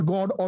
God